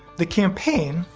the campaign,